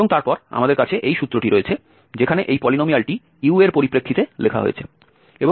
এবং তারপর আমাদের কাছে এই সূত্রটি রয়েছে যেখানে এই পলিনোমিয়ালটি u এর পরিপ্রেক্ষিতে লেখা হয়েছে